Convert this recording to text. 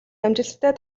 амжилттай